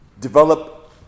develop